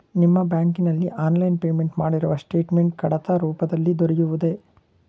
ನಿಮ್ಮ ಬ್ಯಾಂಕಿನಲ್ಲಿ online payment ಮಾಡಿರುವ ಸ್ಟೇಟ್ಮೆಂಟ್ ಕಡತ ರೂಪದಲ್ಲಿ ದೊರೆಯುವುದೇ?